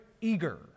eager